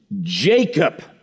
Jacob